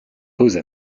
posent